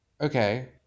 okay